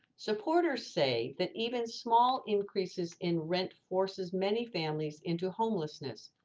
supporters say that even small increases in rent forces many families into homelessness,